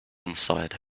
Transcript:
inside